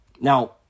Now